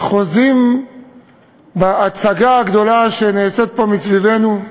חוזים בהצגה הגדולה שנעשית פה מסביבנו,